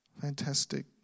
Fantastic